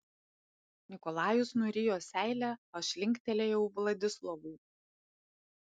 nikolajus nurijo seilę aš linktelėjau vladislovui